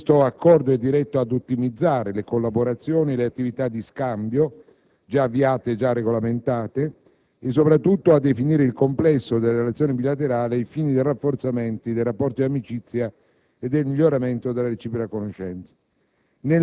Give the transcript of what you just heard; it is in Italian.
Questo Accordo e diretto ad ottimizzare le collaborazioni e le attivitadi scambio, gia avviate e regolamentate, e soprattutto a definire il complesso delle relazioni bilaterali, ai fini del rafforzamento dei rapporti di amicizia e del miglioramento della reciproca conoscenza.